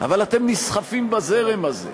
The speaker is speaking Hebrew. אבל אתם נסחפים בזרם הזה.